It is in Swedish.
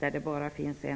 har bara en läkare.